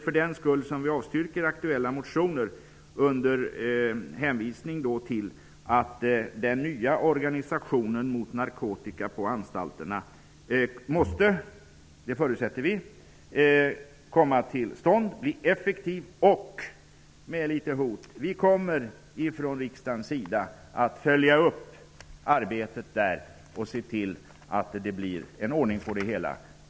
För den skull avstyrker vi aktuella motioner under hänvisning till att den nya organisationen mot narkotika på anstalterna måste -- det förutsätter vi -- komma till stånd och bli effektiv. Vi kommer -- det är ett litet hot -- från riksdagens sida att följa upp detta arbete och se till att det blir ordning på det hela.